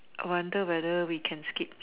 I wonder whether we can skip